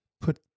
put